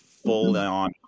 full-on